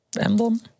emblem